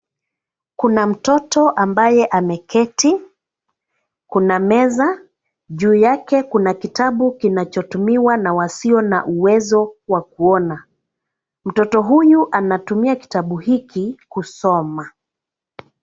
Kuna mtoto ambaye ameketi. Kuna meza. Juu yake kuna kitabu kinachotumiwa na wasio na uwezo wa kuona. Mtoto huyu anatumia kitabu hiki kusoma.